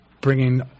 bringing